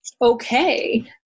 okay